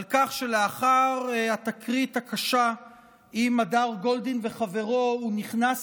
כך שלאחר התקרית הקשה עם הדר גולדין וחברו הוא נכנס